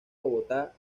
bogotá